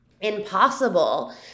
impossible